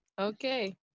okay